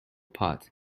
pot